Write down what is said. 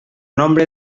nombre